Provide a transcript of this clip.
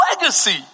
legacy